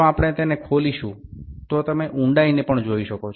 আমরা যদি এটি খুলি তবে আমরা গভীরতাও দেখতে পাব যেমন কি আপনি দেখতে পাচ্ছেন